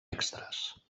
extres